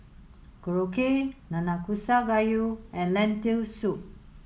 Korokke Nanakusa Gayu and Lentil Soup